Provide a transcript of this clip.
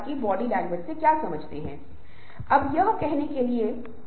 इसलिएजब हम संगीत को देख रहे होते हैं तो हम संगीत के अर्थ और संगीत और भावनाओं को देख सकते हैं